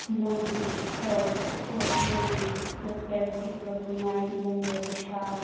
ꯃꯣꯏꯒꯤ ꯍꯦꯜꯀꯣ ꯃꯣꯏꯒꯤ ꯄ꯭ꯔꯣꯁꯄꯔꯤꯇꯤ ꯄꯨꯔꯛꯅꯉꯥꯏ ꯏꯃꯨꯡꯗ ꯄꯩꯁꯥ